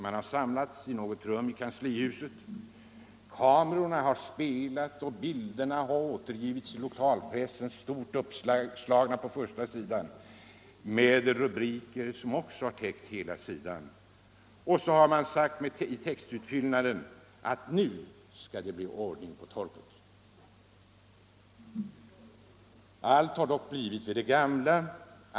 Man har då samlats i något rum i kanslihuset, filmkamerorna har spelat och bilderna har återgivits i lokalpressen stort uppslagna på förstasidan och med rubriker som också har täckt hela sidan. Och så har det i textutfyllnaden sagts att nu skall det bli ordning på torpet. Men allt har förblivit vid det gamla.